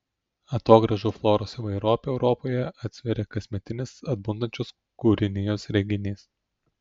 atogrąžų floros įvairovę europoje atsveria kasmetinis atbundančios kūrinijos reginys